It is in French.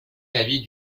l’avis